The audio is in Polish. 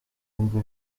między